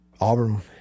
Auburn